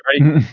right